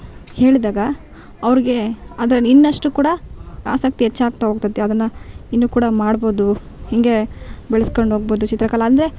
ಹೇಳ್ದಾಗ ಅವ್ರ್ಗೆ ಅದ್ರಲ್ಲಿ ಇನ್ನಷ್ಟು ಕೂಡ ಆಸಕ್ತಿ ಹೆಚ್ಚಾಗ್ತಾ ಹೋಗ್ತೈತಿ ಅದನ್ನು ಇನ್ನು ಕೂಡ ಮಾಡ್ಬೋದು ಹಿಂಗೆ ಬೆಳ್ಸ್ಕೊಂಡು ಹೋಗ್ಬೋದು ಚಿತ್ರಕಲೆ ಅಂದರೆ